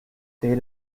day